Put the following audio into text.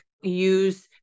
use